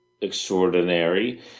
extraordinary